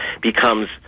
becomes